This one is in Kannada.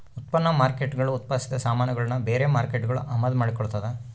ಉತ್ಪನ್ನ ಮಾರ್ಕೇಟ್ಗುಳು ಉತ್ಪಾದಿಸಿದ ಸಾಮಾನುಗುಳ್ನ ಬೇರೆ ಮಾರ್ಕೇಟ್ಗುಳು ಅಮಾದು ಮಾಡಿಕೊಳ್ತದ